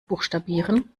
buchstabieren